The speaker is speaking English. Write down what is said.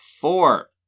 four